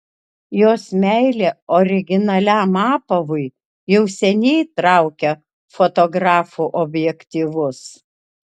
jos meilė originaliam apavui jau seniai traukia fotografų objektyvus